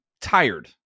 tired